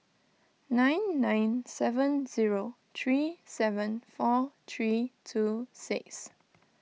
nine nine seven zero three seven four three two six